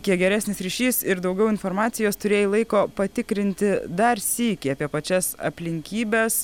kiek geresnis ryšys ir daugiau informacijos turėjai laiko patikrinti dar sykį apie pačias aplinkybes